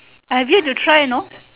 I've yet to try you know